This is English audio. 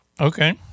Okay